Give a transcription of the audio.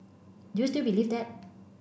do you still believe that